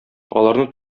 аларны